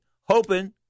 hoping